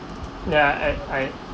yeah and I